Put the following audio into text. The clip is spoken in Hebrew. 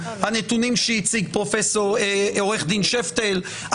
הנתונים שהציג עורך הדין שפטל,